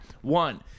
one